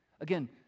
Again